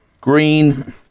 green